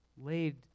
laid